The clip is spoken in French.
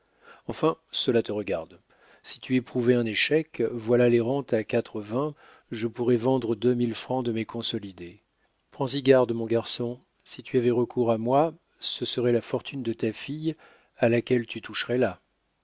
enfin cela te regarde si tu éprouvais un échec voilà les rentes à quatre-vingts je pourrais vendre deux mille francs de mes consolidés prends-y garde mon garçon si tu avais recours à moi ce serait la fortune de ta fille à laquelle tu toucherais là